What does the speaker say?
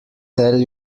tell